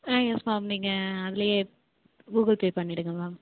ஆ yes ma'am நீங்கள் அதுலேயே Google Pay பண்ணிடுங்க மேம்